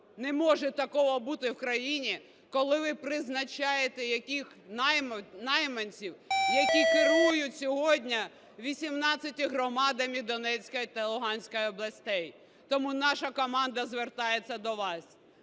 Не може такого бути в країні, коли ви призначаєте якихось найманців, які керують сьогодні вісімнадцятьма громадами Донецької та Луганської областей. Тому наша команда звертається до вас.